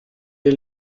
est